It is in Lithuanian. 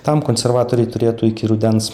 tam konservatoriai turėtų iki rudens